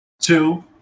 Two